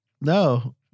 No